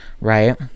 Right